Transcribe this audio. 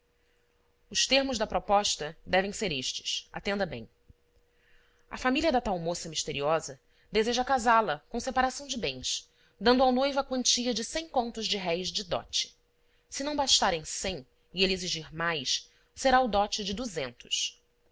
os termos da proposta devem ser estes atenda bem a família da tal moça misteriosa deseja casála com separação de bens dando ao noivo a quantia de cem contos de réis de dote se não bastarem cem e ele exigir mais será o dote de du zentos